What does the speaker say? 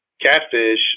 catfish